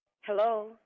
Hello